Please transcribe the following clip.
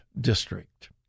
district